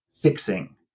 fixing